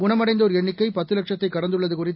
குணமடைந்தோர் எண்ணிக்கைபத்துலட்சத்தைகடந்துள்ளதுகுறித்து